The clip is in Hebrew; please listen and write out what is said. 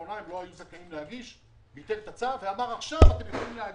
בעקבות ההחלטה של בית המשפט העליון שאישר את הסכם הגישור.